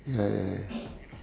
ya ya ya